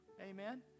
amen